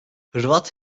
hırvat